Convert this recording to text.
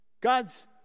god's